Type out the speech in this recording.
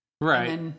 Right